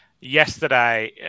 yesterday